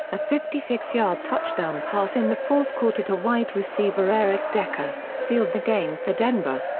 a fifty six yard touchdown pass in the fourth quarter to wide receiver eric decker, sealed the game for denver.